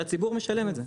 שהציבור משלם את זה.